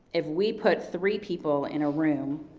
if we put three people in a room.